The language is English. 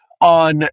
on